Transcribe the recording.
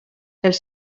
els